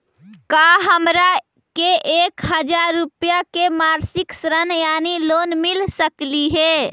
का हमरा के एक हजार रुपया के मासिक ऋण यानी लोन मिल सकली हे?